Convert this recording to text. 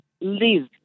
live